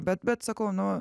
bet bet sakau nu